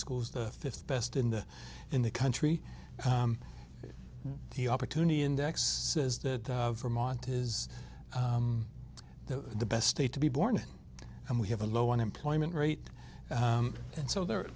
schools the fifth best in the in the country the opportunity index says that vermont is the best state to be born and we have a low unemployment rate and so there